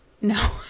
No